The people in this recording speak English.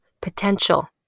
potential